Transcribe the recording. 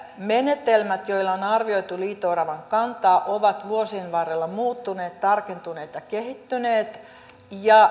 menetelmät joilla on arvioitu liito oravan kantaa ovat vuosien varrella muuttuneet tarkentuneet ja kehittyneet